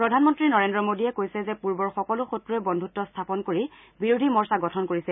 প্ৰধানমন্ত্ৰী নৰেন্দ্ৰ মোডীয়ে কৈছে যে পূৰ্বৰ সকলো শক্ৰৱে বন্ধত স্থাপন কৰি বিৰোধী মৰ্চা গঠন কৰিছে